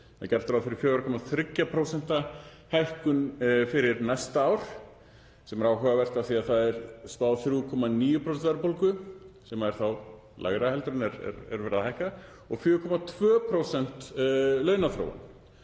er gert ráð fyrir 4,3% hækkun fyrir næsta ár, sem er áhugavert af því að það er spáð 3,9% verðbólgu sem er lægra heldur en verið er að hækka um og 4,2% launaþróun